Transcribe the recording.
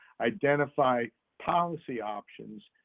identify policy options